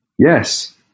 Yes